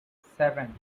seven